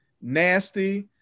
nasty